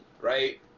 Right